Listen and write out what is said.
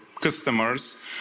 customers